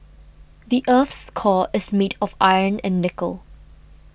the earth's core is made of iron and nickel